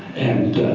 and